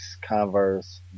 Converse